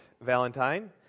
Valentine